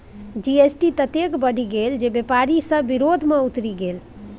GST ततेक बढ़ि गेल जे बेपारी सभ विरोध मे उतरि गेल